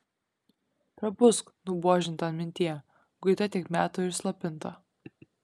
prabusk nubuožinta mintie guita tiek metų ir slopinta